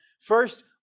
First